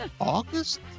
August